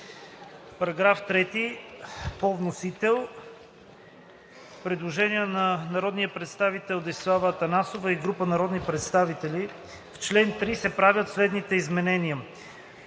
предложението. Предложение на народния представител Десислава Атанасова и група народни представители: „I. В член 1 се правят следните изменения: